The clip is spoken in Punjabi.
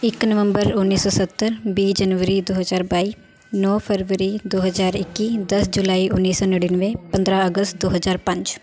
ਇੱਕ ਨਵੰਬਰ ਉੱਨੀ ਸੌ ਸੱਤਰ ਵੀਹ ਜਨਵਰੀ ਦੋ ਹਜ਼ਾਰ ਬਾਈ ਨੌ ਫਰਵਰੀ ਦੋ ਹਜ਼ਾਰ ਇੱਕੀ ਦਸ ਜੁਲਾਈ ਉੱਨੀ ਸੌ ਨੜਿਨਵੇਂ ਪੰਦਰ੍ਹਾਂ ਅਗਸਤ ਦੋ ਹਜ਼ਾਰ ਪੰਜ